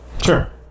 sure